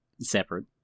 separate